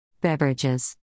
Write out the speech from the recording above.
Beverages